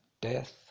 death